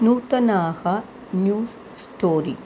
नूतनाः news story